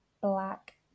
black